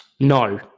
No